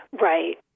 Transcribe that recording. Right